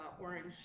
orange